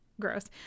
gross